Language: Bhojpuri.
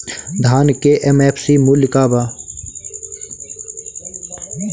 धान के एम.एफ.सी मूल्य का बा?